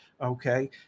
Okay